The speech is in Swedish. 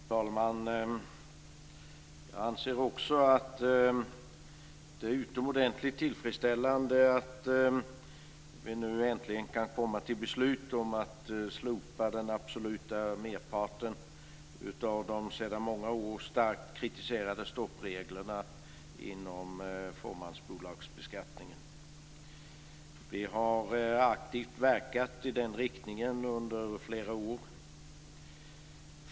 Fru talman! Jag anser också att det är utomordentligt tillfredsställande att vi nu äntligen kan komma till beslut om att slopa den absoluta merparten av de sedan många år starkt kritiserade stoppreglerna inom fåmansbolagsbeskattningen. Vi har aktivt verkat i den riktningen under flera år.